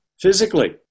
physically